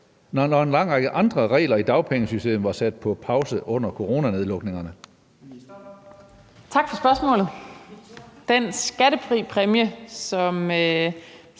når en lang række andre regler i dagpengesystemet var sat på pause under coronanedlukningerne? Første næstformand (Leif